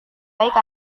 baik